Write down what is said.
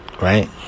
right